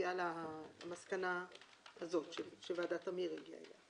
מביאה למסקנה הזאת שוועדת תמיר הגיעה אליה.